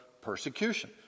persecution